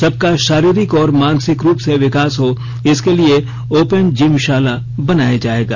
सबका शारीरिक और मानसिक रूप से विकास हो इसके लिए ओपन जिमशाला बनाया जायेगा